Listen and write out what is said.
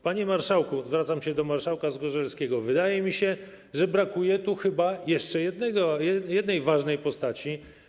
Panie marszałku - zwracam się do marszałka Zgorzelskiego - wydaje mi się, że brakuje tu jeszcze jednej ważnej postaci.